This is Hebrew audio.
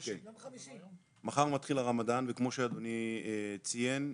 מחר מתחיל הרמדאן וכמו שאדוני ציין,